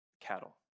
cattle